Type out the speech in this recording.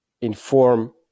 inform